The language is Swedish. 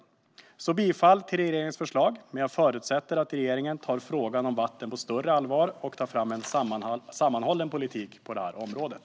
Jag yrkar alltså bifall till regeringens förslag, men jag förutsätter att regeringen tar frågan om vatten på större allvar och tar fram en sammanhållen politik på området.